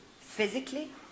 physically